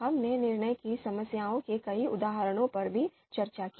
हमने निर्णय की समस्याओं के कई उदाहरणों पर भी चर्चा की